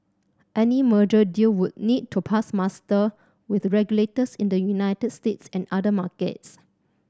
any merger deal would need to pass muster with regulators in the United States and other markets